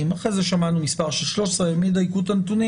ואחרי זה שמענו מספר אחר של 13,000 פרוצדורות,